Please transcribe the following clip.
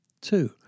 Two